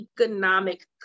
economic